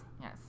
Yes